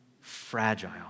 fragile